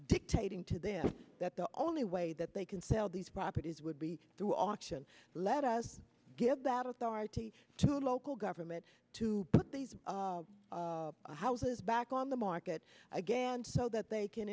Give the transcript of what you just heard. dictating to them that the only way that they can sell these properties would be through auction let us give that authority to local government to put these houses back on the market again so that they can